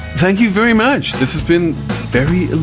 thank you very much. this has been very